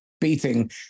beating